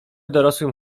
dorosłym